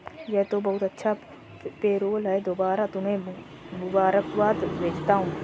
यह तो बहुत अच्छा पेरोल है दोबारा तुम्हें मुबारकबाद भेजता हूं